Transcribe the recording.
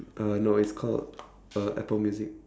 uh no it's called uh apple music